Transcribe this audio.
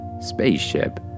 Spaceship